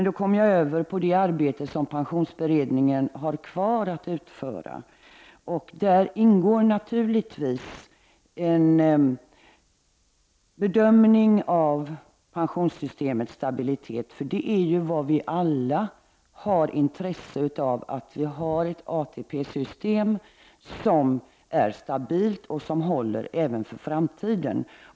Då kommer jag över på det arbete som pensionsberedningen har kvar att utföra. Där ingår naturligtvis en bedömning av pensionssystemets stabilitet. Vi har alla intresse av att ha ett ATP-system som är stabilt och håller även för framtiden.